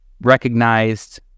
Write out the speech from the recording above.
recognized